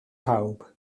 pawb